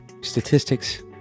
statistics